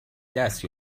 دست